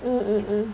mm mm mm